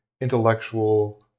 intellectual